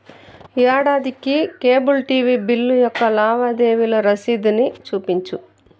ఏడాదికి cable TV bill యొక్క లావాదేవీ రసీదుని చూపించు